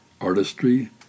artistry